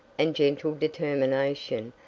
and gentle determination,